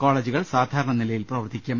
കോളേജുകൾ സാധാരണ നിലയിൽ പ്രവർത്തിക്കും